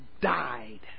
died